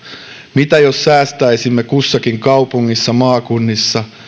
mitä jos säästäisimme kussakin kaupungissa maakunnissa